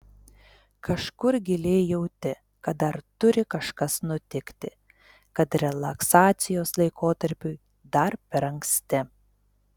kažkur giliai jauti kad dar turi kažkas nutikti kad relaksacijos laikotarpiui dar per anksti